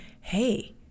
hey